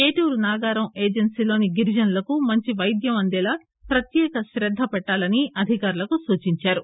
ఏటూరు నాగారం ఏజన్సీలోని గిరిజనులకు మంచి వైద్యం అందేలా ప్రత్యేక శ్రద్ధ పెట్టాలని అధికారులకు సూచించారు